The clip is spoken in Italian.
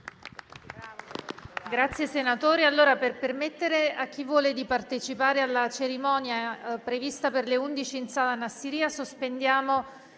Grazie, relatore